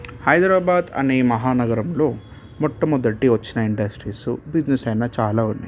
హైదరాబాద్ అనే మహానగరంలో మొట్టమొదటి వచ్చిన ఇండస్ట్రీసు బిజినెస్ అయినా చాలా ఉన్నాయి